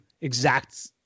exact